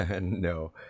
No